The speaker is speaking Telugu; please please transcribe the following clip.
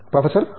professor R